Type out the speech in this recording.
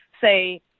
say